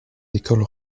écoles